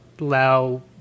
allow